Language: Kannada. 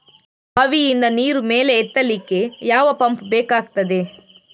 ಬಾವಿಯಿಂದ ನೀರು ಮೇಲೆ ಎತ್ತಲಿಕ್ಕೆ ಯಾವ ಪಂಪ್ ಬೇಕಗ್ತಾದೆ?